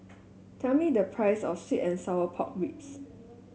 tell me the price of sweet and Sour Pork Ribs